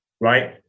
right